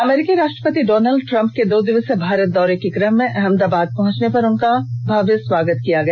अमरीका के राष्ट्रपति Donald Trump के दो दिवसीय भारत दौरे के कम में अहमदाबाद पहुंचने पर उनका भव्य स्वागत किया गया